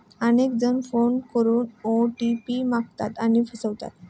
अनेक जण फोन करून ओ.टी.पी मागतात आणि फसवतात